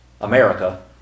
America